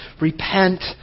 Repent